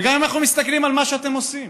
וגם אם אנחנו מסתכלים על מה שאתם עושים.